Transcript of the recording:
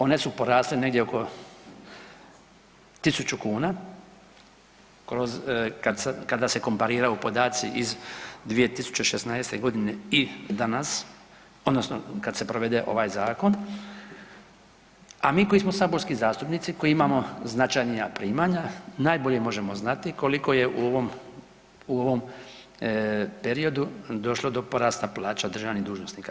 One su porasle negdje oko 1.000 kuna kroz kada se kompariraju podaci iz 2016. godine i danas odnosno kad se provede ovaj zakon, a mi koji smo saborski zastupnici koji imamo značajnija primanja najbolje možemo znati koliko je u ovom, u ovom periodu došlo do porasta plaća državnih dužnosnika.